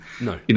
No